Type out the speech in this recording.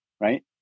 right